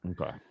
Okay